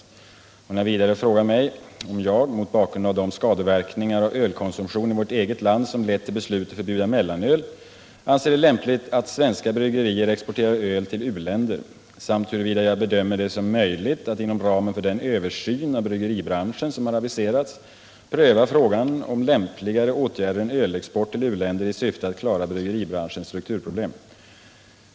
Hon har vidare frågat om jag — mot bakgrund av de skadeverkningar av ölkonsumtionen i vårt eget land som lett till beslutet att förbjuda mellanöl — anser det lämpligt att svenska bryggerier exporterar öl till u-länder samt huruvida jag bedömer det som möjligt att inom ramen för den översyn av bryggeribranschen som har aviserats pröva frågan om lämpligare åtgärder än ölexport till u-länder i syfte att klara bryggeribranschens strukturproblem.